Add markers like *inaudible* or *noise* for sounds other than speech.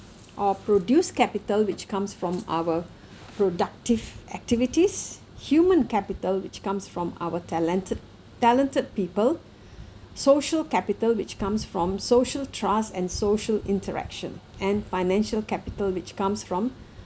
or produce capital which comes from our *breath* productive activities human capital which comes from our talented talented people *breath* social capital which comes from social trust and social interaction and financial capital which comes from